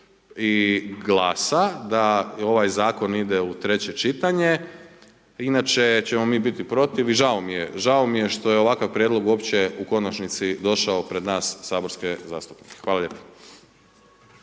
i Glasa da ovaj Zakon ide u treće čitanje. Inače ćemo mi biti protiv i žao mi je, žao mi je što je ovakav prijedlog uopće u konačnici došao pred nas saborske zastupnike. Hvala lijepo.